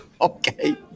Okay